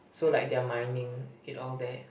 so like they are mining it all there